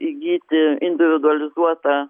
įgyti individualizuotą